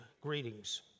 greetings